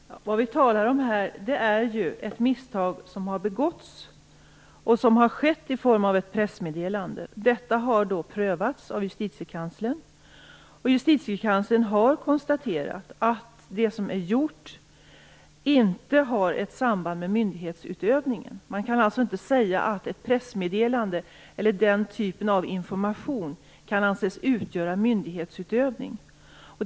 Fru talman! Vad vi talar om här är ett misstag som har begåtts. Det har skett i form av ett pressmeddelande. Detta har prövats av Justitiekanslern. Justitiekanslern har konstaterat att det som är gjort inte har samband med myndighetsutövningen. Man kan alltså inte säga att ett pressmeddelande eller den typen av information kan anses utgöra myndighetsutövning.